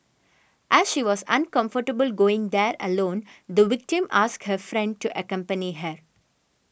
as she was uncomfortable going there alone the victim asked her friend to accompany her